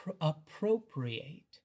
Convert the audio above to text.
appropriate